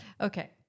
okay